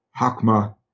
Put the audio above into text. hakma